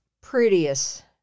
prettiest